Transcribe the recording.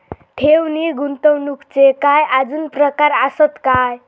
ठेव नी गुंतवणूकचे काय आजुन प्रकार आसत काय?